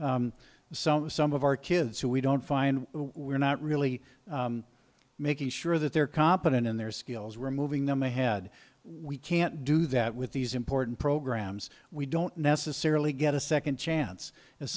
like so some of our kids who we don't find we're not really making sure that they're competent in their skills were moving them ahead we can't do that with these important programs we don't necessarily get a second chance as